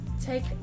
take